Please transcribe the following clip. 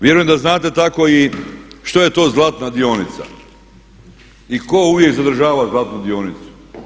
Vjerujem da znate tako i što je to zlatna dionica i tko uvijek zadržava zlatnu dionicu.